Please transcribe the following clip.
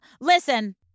listen